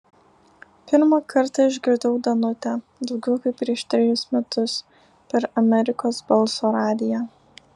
pirmą kartą išgirdau danutę daugiau kaip prieš trejus metus per amerikos balso radiją